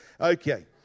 Okay